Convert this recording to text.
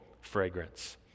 fragrance